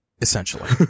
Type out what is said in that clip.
essentially